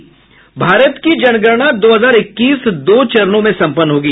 भारत की जनगणना दो हजार इक्कीस दो चरणों में सम्पन्न होगी